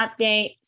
update